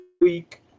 week